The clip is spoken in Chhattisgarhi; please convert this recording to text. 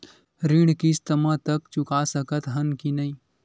ऋण किस्त मा तक चुका सकत हन कि नहीं?